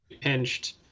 pinched